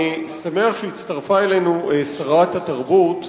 אני שמח שהצטרפה אלינו שרת התרבות,